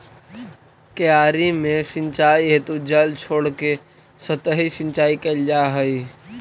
क्यारी में सिंचाई हेतु जल छोड़के सतही सिंचाई कैल जा हइ